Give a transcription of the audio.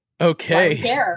okay